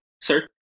sir